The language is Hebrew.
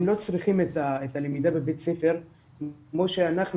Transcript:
הם לא צריכים את הלמידה בבית הספר כמו שאנחנו,